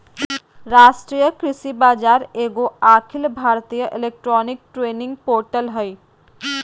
राष्ट्रीय कृषि बाजार एगो अखिल भारतीय इलेक्ट्रॉनिक ट्रेडिंग पोर्टल हइ